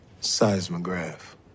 Seismograph